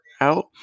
out